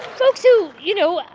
folks who, you know,